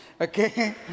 Okay